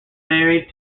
married